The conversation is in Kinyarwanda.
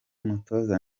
mutoza